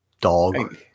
Dog